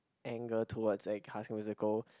anger towards a classical musical